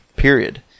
period